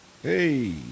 hey